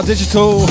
Digital